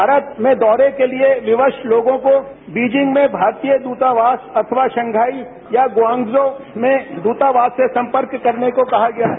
भारत में दौरे के लिए विवश लोगो को बीजिंग में भारतीय दृतावास अथवा शंघाई या ग्वांगझो में दूतावास से संपर्क करने को कहा गया है